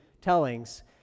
tellings